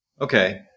okay